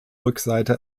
rückseite